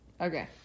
okay